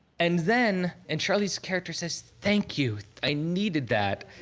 and then, and charlize's character says, thank you. i needed that.